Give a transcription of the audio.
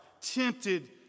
tempted